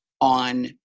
on